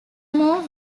move